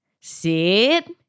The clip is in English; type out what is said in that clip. sit